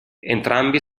entrambi